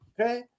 okay